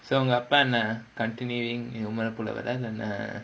so உங்க அப்பா என்ன:unga appa enna continuing